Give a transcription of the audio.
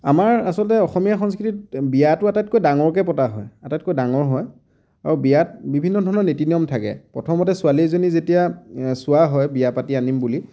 আমাৰ আচলতে অসমীয়া সংস্কৃতিত বিয়াটো আটাইতকৈ ডাঙৰকৈ পতা হয় আটাইতকৈ ডাঙৰ হয় আৰু বিয়াত বিভিন্ন ধৰণৰ নীতি নিয়ম থাকে প্ৰথমতে ছোৱালী এজনী যেতিয়া চোৱা হয় বিয়া পাতি আনিম বুলি